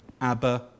Abba